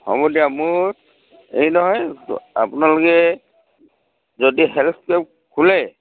হ'ব দিয়া মোৰ হেৰি নহয় আপোনালোকে যদি হেল্থ কেম্প খোলে